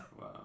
wow